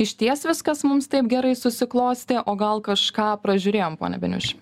išties viskas mums taip gerai susiklostė o gal kažką pražiūrėjom pone beniuši